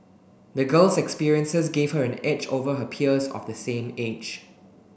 the girl's experiences gave her an edge over her peers of the same age